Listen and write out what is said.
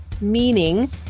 meaning